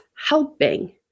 helping